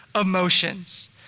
emotions